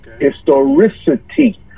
historicity